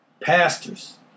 pastors